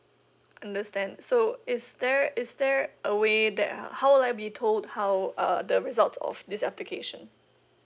understand so is there is there a way that how would I be told how uh the results of this application